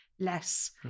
Less